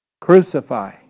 crucify